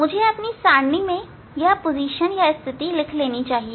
मुझे अपनी सारणी में यह स्थिति लिख लेनी चाहिए